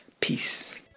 peace